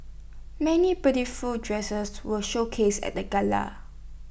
many beautiful dresses were showcased at the gala